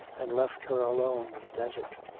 and left her alone in a desert.